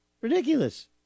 Ridiculous